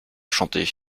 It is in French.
chanter